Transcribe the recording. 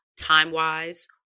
time-wise